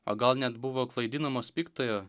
o gal net buvo klaidinamos piktojo